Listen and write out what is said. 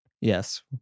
Yes